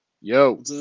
Yo